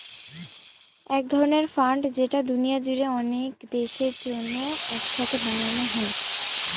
এক ধরনের ফান্ড যেটা দুনিয়া জুড়ে অনেক দেশের জন্য এক সাথে বানানো হয়